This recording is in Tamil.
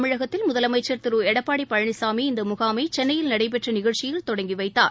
தமிழகத்தில் முதலமைச்சர் திரு எடப்பாடி பழனிசாமி இந்த முகாமை சென்னையில் நடைபெற்ற நிகழ்ச்சியில் தொடங்கி வைத்தார்